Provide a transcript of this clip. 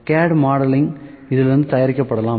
CAD modelling இதிலிருந்து தயாரிக்கப்படலாம்